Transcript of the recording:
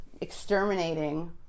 exterminating